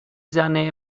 زنه